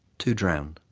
two drowned,